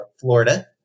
Florida